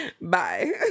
bye